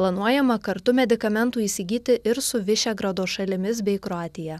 planuojama kartu medikamentų įsigyti ir su višegrado šalimis bei kroatija